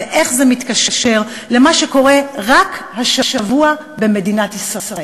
ואיך זה מתקשר למה שקורה רק השבוע במדינת ישראל?